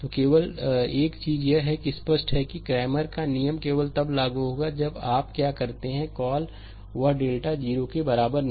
तो केवल एक चीज यह है कि यह स्पष्ट है कि क्रैमर का नियम केवल तब लागू होता है जब आप क्या करते हैं कॉल वह डेल्टा 0 के बराबर नहीं है